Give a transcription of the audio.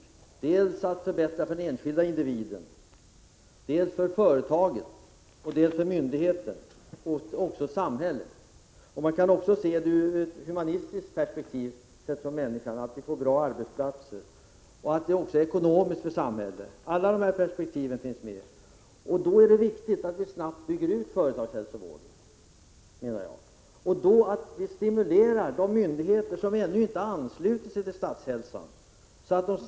Det gäller ju att åstadkomma förbättringar dels för den enskilde individen, dels för företaget, dels för myndigheten. Men det gäller också samhället. Dessutom kan man se detta i ett humanistiskt perspektiv. Det gäller ju att skapa goda arbetsplatser för människorna. Vidare måste det vara ekonomiskt gångbart för samhället. Alla dessa perspektiv finns således med. Jag menar alltså att det är viktigt att företagshälsovården snabbt byggs ut. Det gäller att stimulera de myndigheter som ännu inte har anslutit sig till Statshälsan att göra det.